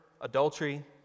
adultery